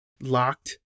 locked